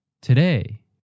Today